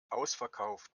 ausverkauft